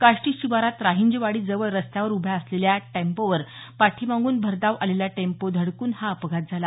काष्टी शिवारात राहिंजवाडी जवळ रस्त्यावर उभ्या असलेल्या टॅम्पोवर पाठीमागून भरधाव आलेला टॅम्पो धडकून हा अपघात झाला